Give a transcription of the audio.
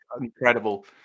incredible